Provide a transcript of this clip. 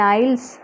Niles